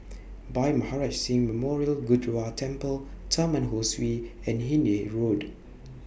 Bhai Maharaj Singh Memorial Gurdwara Temple Taman Ho Swee and Hindhede Road